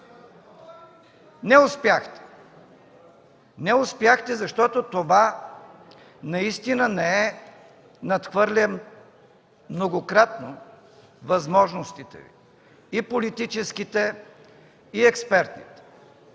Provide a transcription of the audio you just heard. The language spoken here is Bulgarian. Не успяхте, защото това наистина надхвърля многократно възможностите Ви – и политическите, и експертните.